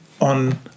on